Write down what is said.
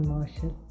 Marshall